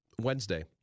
Wednesday